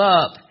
up